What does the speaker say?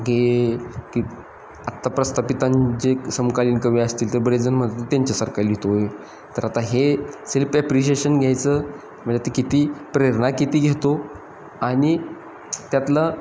की की आत्ता प्रस्थापितांचे समकालीन कमी असतील तर बरेचजण म्हणतात त्यांच्यासारखा लिहितो आहे तर आता हे सेल्प ॲप्रिशिएशन घ्यायचं म्हणजे ते किती प्रेरणा किती घेतो आणि त्यातलं